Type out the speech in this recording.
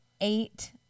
eight